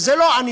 וזה לא אני,